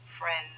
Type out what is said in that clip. friends